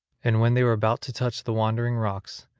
and when they were about to touch the wandering rocks,